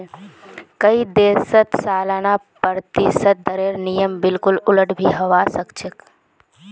कई देशत सालाना प्रतिशत दरेर नियम बिल्कुल उलट भी हवा सक छे